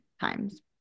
times